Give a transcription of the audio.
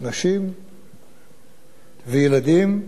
נשים וילדים,